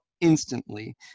Instantly